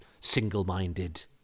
single-minded